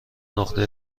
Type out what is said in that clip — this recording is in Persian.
نقطه